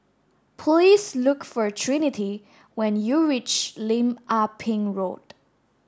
please look for Trinity when you reach Lim Ah Pin Road